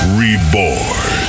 reborn